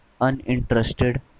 uninterested